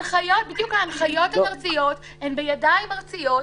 ההנחיות הן ארציות והן בידיים ארציות.